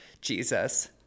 Jesus